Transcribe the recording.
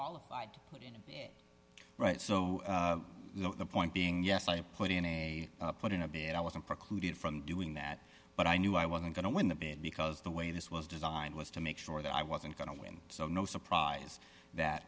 qualified right so the point being yes i put in a put in a bit i wasn't precluded from doing that but i knew i wasn't going to win the bid because the way this was designed was to make sure that i wasn't going to win so no surprise that